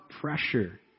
pressure